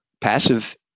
passive